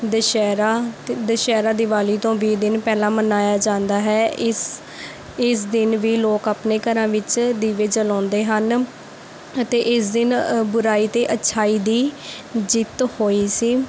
ਦੁਸਹਿਰਾ ਦੁਸਹਿਰਾ ਦੀਵਾਲੀ ਤੋਂ ਵੀਹ ਦਿਨ ਪਹਿਲਾਂ ਮਨਾਇਆ ਜਾਂਦਾ ਹੈ ਇਸ ਇਸ ਦਿਨ ਵੀ ਲੋਕ ਆਪਣੇ ਘਰਾਂ ਵਿੱਚ ਦੀਵੇ ਜਲਾਉਂਦੇ ਹਨ ਅਤੇ ਇਸ ਦਿਨ ਬੁਰਾਈ 'ਤੇ ਅੱਛਾਈ ਦੀ ਜਿੱਤ ਹੋਈ ਸੀ